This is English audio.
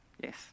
Yes